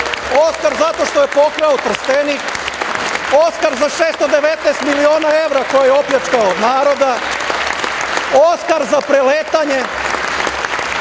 Oskar zato što je pokrao Trstenik, Oskar za 619 miliona evra koja je opljačkao od naroda, Oskar za preletanje,